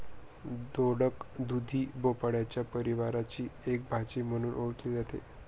दोडक, दुधी भोपळ्याच्या परिवाराची एक भाजी म्हणून ओळखली जाते